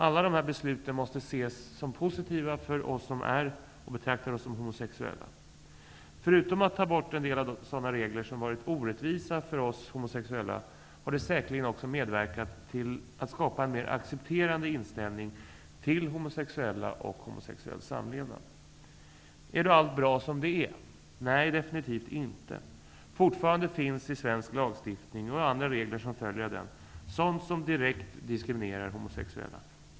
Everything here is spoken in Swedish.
Alla dessa beslut måste ses som positiva för oss som är och betraktar oss som homosexuella. Förutom att ta bort en del av sådana regler som varit orättvisa för oss homosexuella, har det säkerligen också medverkat till att skapa en mer accepterande inställning till homosexuella och homosexuell samlevnad. Är då allt bra som det är? Nej, definitivt inte! Fortfarande finns i svensk lagstiftning och i andra regler som följer av den, sådant som direkt diskriminerar homosexuella.